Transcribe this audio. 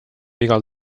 igal